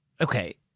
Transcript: okay